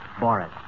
Boris